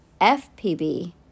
FPB